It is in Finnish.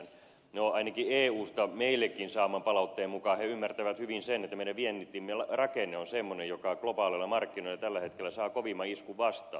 no ainakin eusta meillekin tulleen palautteen mukaan he ymmärtävät hyvin sen että meidän vientimme rakenne on semmoinen joka globaaleilla markkinoilla tällä hetkellä saa kovimman iskun vastaan